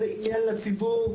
מחוסר עניין לציבור.